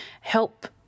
help